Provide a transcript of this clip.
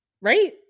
Right